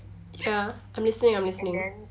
ya I'm listening I'm listening